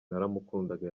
naramukundaga